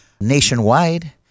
nationwide